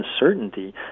uncertainty